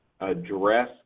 address